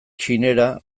txinera